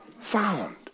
found